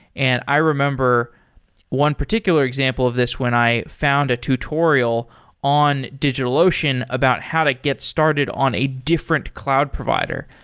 and i remember one particular example of this when i found a tutorial in digitalocean about how to get started on a different cloud provider.